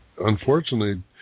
unfortunately